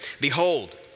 Behold